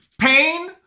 pain